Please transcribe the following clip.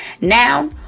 Now